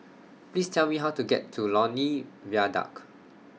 Please Tell Me How to get to Lornie Viaduct